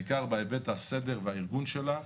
בעיקר בהיבט הסדר והארגון שלה.